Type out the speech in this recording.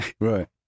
Right